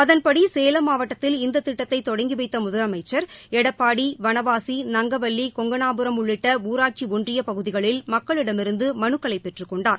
அதன்படி சேலம் மாவட்டத்தில் இந்த திட்டத்தை தொடங்கிவைத்த முதலமைச்சர் எடப்பாடி வனவாசி நங்கவல்லி கொங்கணாபுரம் உள்ளிட்ட ஊராட்சி ஒன்றியப்பகுதிகளில் மக்களிடமிருந்து மனுக்களை பெற்றுக்கொண்டார்